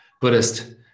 Buddhist